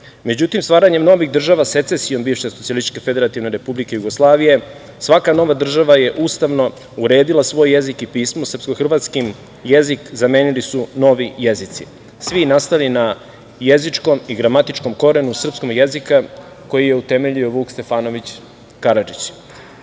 pisma.Međutim, stvaranjem novih država secesijom bivše SFRJ svaka nova država je ustavno uredila svoj jezik i pismo, srpsko-hrvatski jezik zamenili su novi jezici, svi nastali na jezičkom i gramatičkom korenu srpskog jezika koji je utemeljio Vuk Stefanović Karadžić.